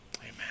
Amen